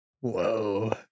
Whoa